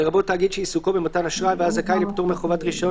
לרבות תאגיד שעיסוקו במתן אשראי והיה זכאי לפטור מחובת רשיון